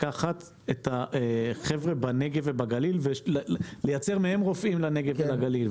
לקחת את החבר'ה בנגב ובגליל ולייצר מהם רופאים לנגב ולגליל.